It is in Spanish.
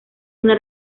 una